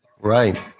Right